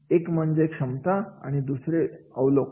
एक म्हणजे क्षमता आणि दुसरे अवलोकन